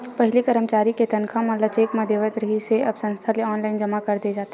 पहिली करमचारी के तनखा मन ल चेक म देवत रिहिस हे अब संस्था ले ही ऑनलाईन जमा कर दे जाथे